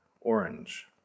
orange